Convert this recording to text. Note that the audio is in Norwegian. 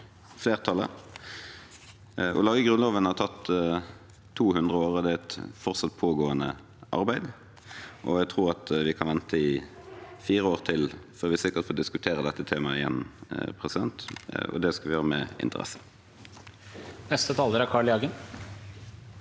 flertallet. Å lage Grunnloven har tatt 200 år, og det er et fortsatt pågående arbeid. Jeg tror at vi kan vente i fire år til før vi sikkert får diskutere dette temaet igjen. Det skal vi gjøre med interesse. Carl I. Hagen